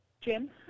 Jim